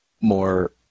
more